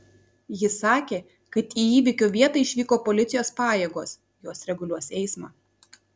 ji sakė kad į įvykio vietą išvyko policijos pajėgos jos reguliuos eismą